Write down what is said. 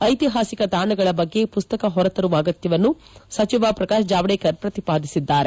ಐತಿಹಾಸಿಕ ತಾಣಗಳ ಬಗ್ಗೆ ಪುಸ್ತಕ ಹೊರತರುವ ಅಗತ್ಯವನ್ನು ಸಚಿವ ಪ್ರಕಾಶ್ ಜಾವಡೇಕರ್ ಪ್ರತಿಪಾದಿಸಿದ್ದಾರೆ